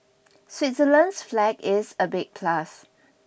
Switzerland's flag is a big plus